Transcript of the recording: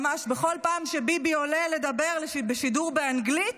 ממש בכל פעם שביבי עולה לדבר בשידור באנגלית,